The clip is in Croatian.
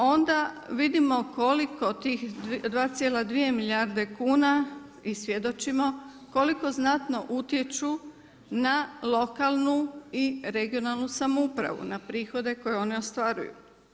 Onda vidimo koliko tih 2,2 milijarde kuna i svjedočimo koliko znatno utječu na lokalnu i regionalnu samoupravu, na prihode koje one ostvaruju.